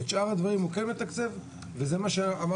את שאר הדברים הוא כן מתקצב וזה מה שאמרתי.